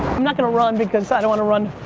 not going to run, because i don't want to run.